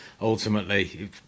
ultimately